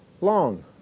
long